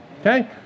Okay